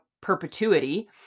perpetuity